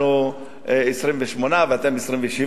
28 ולכם 27,